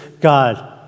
God